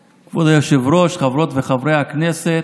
היושב-ראש, חברות וחברי הכנסת,